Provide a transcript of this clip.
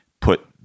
put